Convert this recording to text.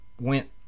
went